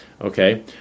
Okay